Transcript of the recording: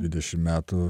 dvidešim metų